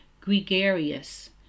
gregarious